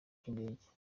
cy’indege